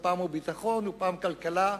ופעם הוא ביטחון ופעם הוא כלכלה,